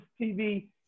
TV